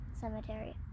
cemetery